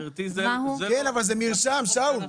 גברתי זה לא -- אבל זה מרשם שאול,